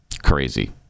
Crazy